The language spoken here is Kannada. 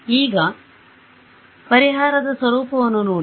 ಈಗ ಈ ಪರಿಹಾರದ ಸ್ವರೂಪವನ್ನು ನೋಡಿ